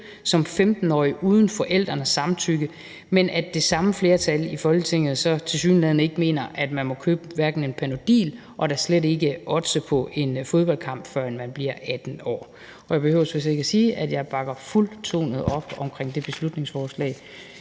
som 15-årig uden forældrenes samtykke, men at det samme flertal i Folketinget så tilsyneladende ikke mener, at man må købe en Panodil eller oddse på en fodboldkamp, førend man bliver 18 år. Jeg behøver vist ikke at sige, at jeg bakker fuldtonet op om det beslutningsforslag,